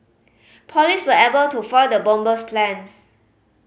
police were able to foil the bomber's plans